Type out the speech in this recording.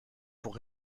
pour